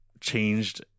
changed